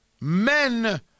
Men